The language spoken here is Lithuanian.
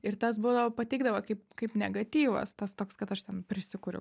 ir tas būdavo pateikdavo kaip kaip negatyvas tas toks kad aš ten prisikuriu